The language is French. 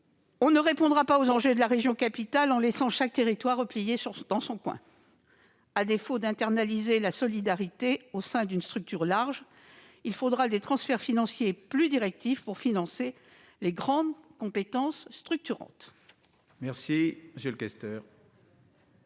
On ne répondra pas aux enjeux de la région capitale en laissant chaque territoire replié dans son coin. À défaut d'une telle internalisation de la solidarité au sein d'une structure large, il faudra des transferts financiers plus directifs pour financer les grandes compétences structurantes. La parole est